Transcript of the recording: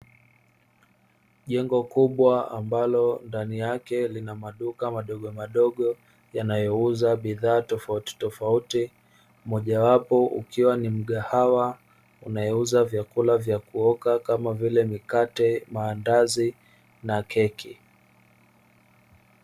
Jengo kubwa ambalo ndani yake lina maduka madogomadogo yanayouza bidhaa tofautitofauti. Mojawapo ukiwa ni mgahawa unaouza vyakula vya kuoka kama vile mikate, maandazi na keki.